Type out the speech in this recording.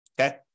Okay